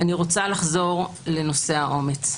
אני רוצה לחזור לנושא האומץ.